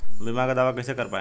बीमा के दावा कईसे कर पाएम?